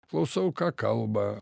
klausau ką kalba